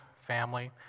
family